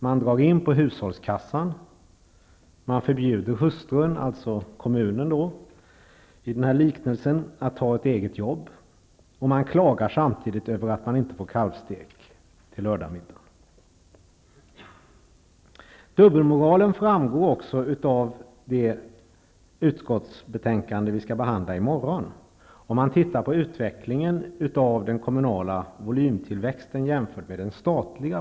Han drar in på hushållskassan och förbjuder hustrun -- kommunen i den här liknelsen -- att ta ett eget jobb, men klagar samtidigt över att han inte får kalvstek till lördagsmiddagen. Dubbelmoralen framgår också av det utskottsbetänkande som vi skall behandla i morgon, när man ser på den kommunala volymtillväxten jämfört med den statliga.